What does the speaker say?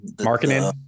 Marketing